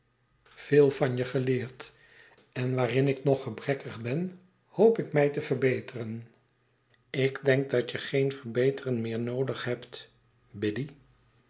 veel van je geleerd en waarin ik nog gebrekkig ben hoop ik mij te verbeteren ik denk dat je geen verbeteren meer noodig hebt biddy